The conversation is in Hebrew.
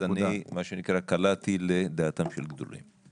אז אני מה שנקרא, קלעתי לדעתם של גדולים.